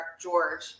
George